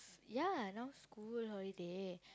ya now school holiday